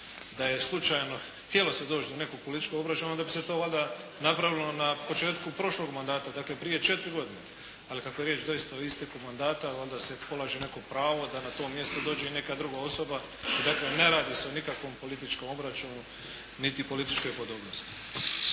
da je slučajno htjelo se doći do nekog političkog obračuna onda bi se to valjda napravilo na početku prošlog mandata, dakle prije četiri godine. Ali kako je riječ doista o isteku mandata onda se polaže neko pravo da na to mjesto dođe i neka druga osoba. Dakle ne radi se o nikakvom političkom obračunu niti političkoj podobnosti.